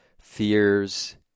fears